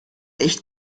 echt